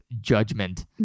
judgment